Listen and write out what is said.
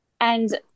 And-